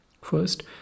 First